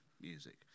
music